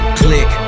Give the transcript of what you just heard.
click